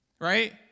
Right